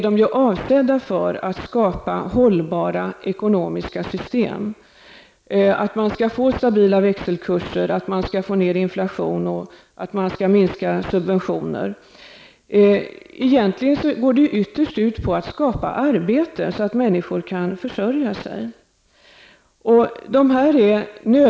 De är avsedda att skapa hållbara ekonomiska system -- att man skall få stabila växelkurser, att man skall få ned inflationen och minska subventionerna. Egentligen går det ytterst ut på att skapa arbete så att människor kan försörja sig.